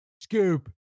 Scoop